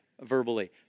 verbally